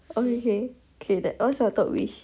okay K K that what's your third wish